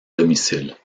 domicile